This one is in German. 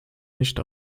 nicht